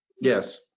Yes